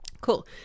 cool